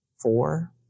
Four